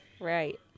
Right